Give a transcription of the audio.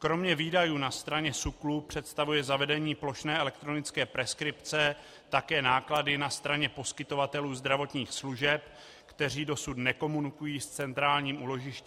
Kromě výdajů na straně SÚKLu představuje zavedení plošné elektronické preskripce také náklady na straně poskytovatelů zdravotních služeb, kteří dosud nekomunikují s centrálním úložištěm elektronických receptů.